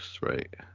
right